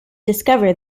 discover